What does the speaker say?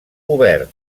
obert